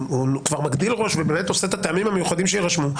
אם הוא כבר מגדיל ראש ובאמת עושה את הטעמים המיוחדים שיירשמו,